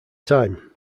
time